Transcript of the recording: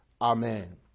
Amen